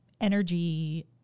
energy